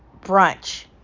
brunch